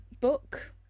book